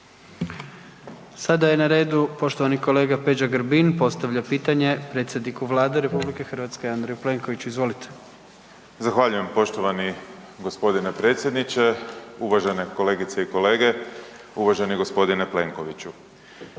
Sad je na redu poštovani kolega Peđa Grbin, postavlja pitanje predsjedniku Vlade RH Andreju Plenkoviću. Izvolite. **Grbin, Peđa (SDP)** Zahvaljujem poštovani gospodine predsjedniče, uvažene kolegice i kolege, uvaženi gospodine Plenkoviću.